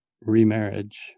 remarriage